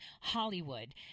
Hollywood